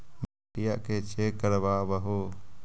मिट्टीया के चेक करबाबहू?